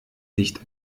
nicht